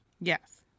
Yes